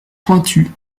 pointues